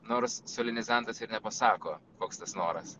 nors solenizantas ir nepasako koks tas noras